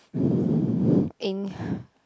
ink